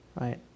Right